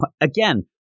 again